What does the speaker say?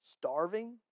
starving